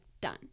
done